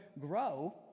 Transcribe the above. grow